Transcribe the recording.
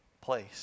place